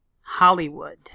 Hollywood